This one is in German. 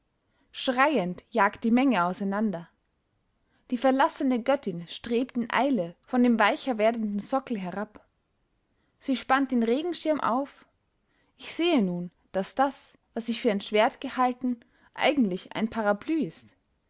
schreiend jagt die menge auseinander die verlassene göttin strebt in eile von dem weicher werdenden sockel herab sie spannt den regenschirm auf ich sehe nun daß das was ich für ein schwert gehalten eigentlich ein